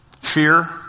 fear